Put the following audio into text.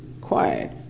quiet